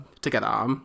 together